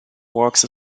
walks